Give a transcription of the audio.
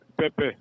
Pepe